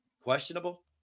questionable